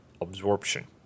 absorption